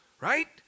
right